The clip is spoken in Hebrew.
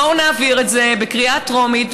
בואו נעביר את זה בקריאה טרומית,